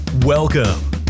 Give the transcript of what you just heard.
Welcome